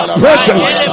presence